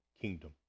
kingdom